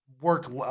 work